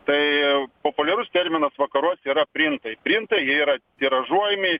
tai populiarus terminas vakaruose yra printai printai jie yra tiražuojami